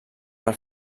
per